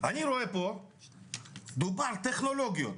דובר פה על טכנולוגיות,